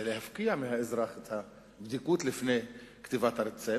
זה להפקיע מהאזרח את הבדיקות לפני כתיבת הרצפט,